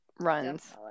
runs